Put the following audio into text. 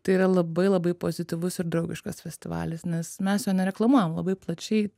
tai yra labai labai pozityvus ir draugiškas festivalis nes mes jo nereklamuojam labai plačiai